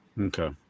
Okay